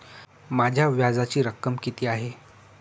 माझ्या व्याजाची रक्कम किती आहे?